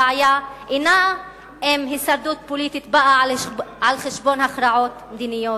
הבעיה אינה האם הישרדות פוליטית באה על-חשבון הכרעות מדיניות,